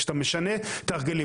כשאתה משנה את ההרגלים.